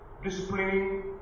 Disciplining